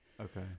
Okay